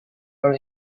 our